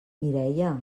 mireia